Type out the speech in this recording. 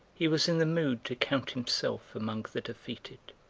he was in the mood to count himself among the defeated.